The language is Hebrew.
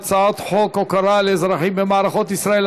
הצעת חוק הוקרה לאזרחים במערכות ישראל,